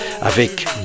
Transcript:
avec